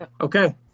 Okay